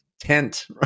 Tent